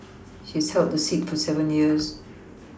he has held the seat for seven years